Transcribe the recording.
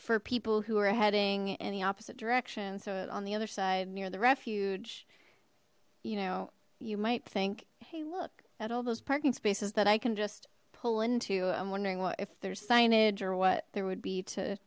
for people who are heading in the opposite direction so it on the other side near the refuge you know you might think hey look at all those parking spaces that i can just pull into i'm wondering what if there's signage or what there would be to